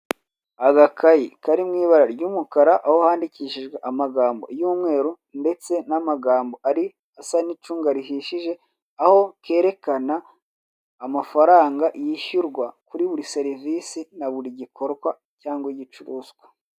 Agakayi kari mu ibara ry'umukara aho handikishijwe amagambo y'umweru ndetse n'amagambo asa nk'icunga rihishije aho kerekana amafaranga yishyurwa kuri buri serivisi na buri gikorwa cyangwa igicuruzwa.